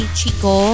Chico